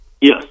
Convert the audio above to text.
Yes